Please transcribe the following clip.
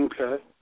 Okay